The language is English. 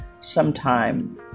sometime